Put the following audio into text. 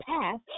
past